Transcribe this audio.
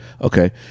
Okay